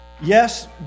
Yes